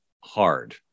hard